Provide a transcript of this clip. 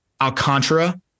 Alcantara